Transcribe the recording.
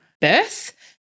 birth